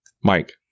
Mike